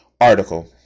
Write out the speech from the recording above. article